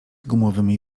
gumowymi